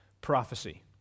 prophecy